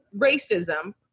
racism